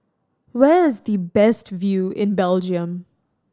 where is the best view in Belgium